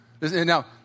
Now